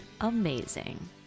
amazing